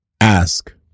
ask